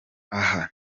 aha